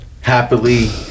happily